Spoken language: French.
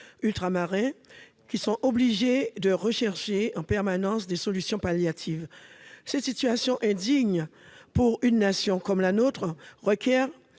Ultramarins, qui sont obligés de rechercher en permanence des solutions palliatives. Cette situation, indigne pour une nation comme la nôtre, requiert